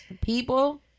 People